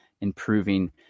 improving